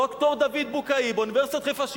ד"ר דוד בוקעי מאוניברסיטת חיפה,